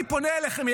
אני פונה אליכם,